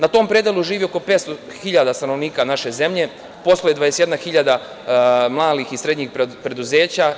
Na tom predelu živi oko 500.000 stanovnika naše zemlje, posluje 21.000 malih i srednjih preduzeća.